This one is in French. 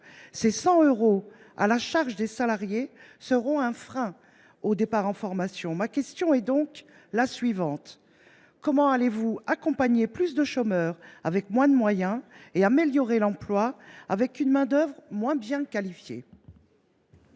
au droit à la formation, mais également un frein au départ en formation. Ma question est donc la suivante : comment allez vous accompagner plus de chômeurs avec moins de moyens et améliorer l’emploi avec une main d’œuvre moins qualifiée ?